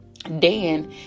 Dan